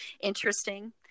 interesting